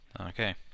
Okay